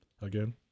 Again